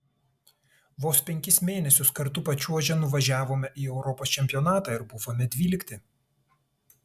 vos penkis mėnesius kartu pačiuožę nuvažiavome į europos čempionatą ir buvome dvylikti